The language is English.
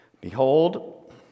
Behold